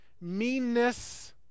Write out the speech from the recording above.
meanness